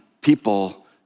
people